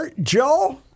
Joe